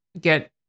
get